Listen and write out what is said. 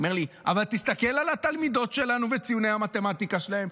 הוא אומר לי: אבל תסתכל על התלמידות שלנו וציוני המתמטיקה שלהן.